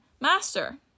Master